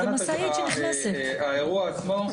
הכנת האירוע עצמו,